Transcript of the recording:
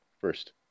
first